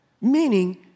meaning